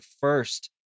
first